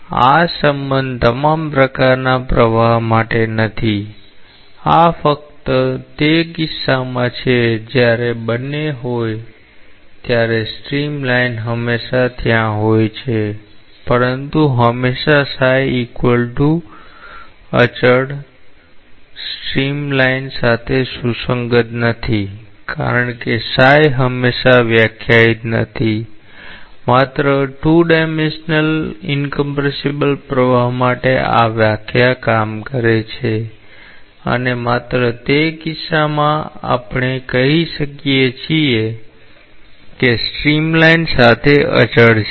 તેથી આ સંબંધ તમામ પ્રકારના પ્રવાહ માટે નથી આ ફક્ત તે કિસ્સામાં છે જ્યારે બંને હોય ત્યારે સ્ટ્રીમલાઇન હંમેશા ત્યાં હોય છે પરંતુ હંમેશા અચળ સ્ટ્રીમલાઇન સાથે સતત સુસંગત નથી કારણ કે હંમેશા વ્યાખ્યાયિત નથી માત્ર 2 ડાયમેન્શ્યલ અસંકોચનીય પ્રવાહ માટે આ વ્યાખ્યા કામ કરે છે અને માત્ર તે કિસ્સામાં આપણે કહી શકીએ કે તે સ્ટ્રીમલાઇન સાથે અચળ છે